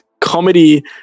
comedy